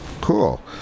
Cool